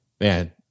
man